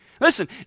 Listen